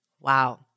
Wow